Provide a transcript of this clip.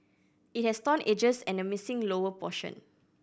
it has torn edges and a missing lower portion